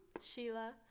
Sheila